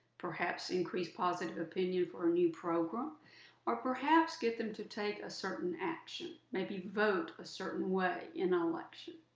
perhaps increase positive opinion for a new program or perhaps get them to take a certain action, maybe vote a certain way in an election.